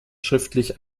schriftlich